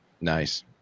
Nice